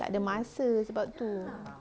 tak ada masa sebab tu